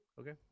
okay